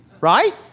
Right